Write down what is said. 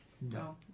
No